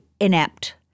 inept